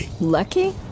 Lucky